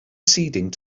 seeding